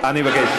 אני מבקש,